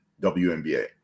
WNBA